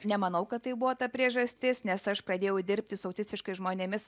nemanau kad tai buvo ta priežastis nes aš pradėjau dirbti su autistiškais žmonėmis